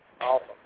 Awesome